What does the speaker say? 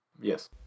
Yes